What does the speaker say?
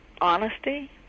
Honesty